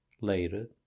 later